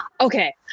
Okay